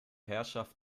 herrschaft